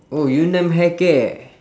oh yun nam hair care